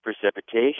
precipitation